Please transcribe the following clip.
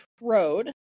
Road